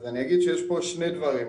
אני אגיד שיש פה שני דברים.